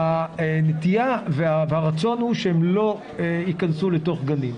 והנטיה והרצון הוא שהם לא ייכנסו לתוך גנים.